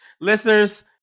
Listeners